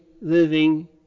living